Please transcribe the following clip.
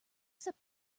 except